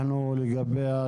התווכחנו עליה,